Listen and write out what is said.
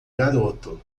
garoto